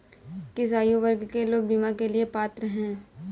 किस आयु वर्ग के लोग बीमा के लिए पात्र हैं?